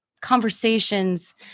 conversations